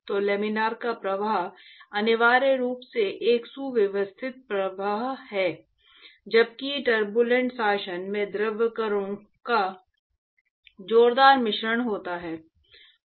तो लामिना का प्रवाह अनिवार्य रूप से एक सुव्यवस्थित प्रवाह है जबकि टर्बूलेंट शासन में द्रव कणों का जोरदार मिश्रण होता है